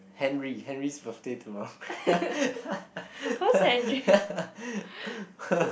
Henry Henry's birthday tomorrow